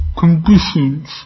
conditions